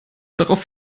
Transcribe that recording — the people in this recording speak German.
darauf